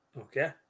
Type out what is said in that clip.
Okay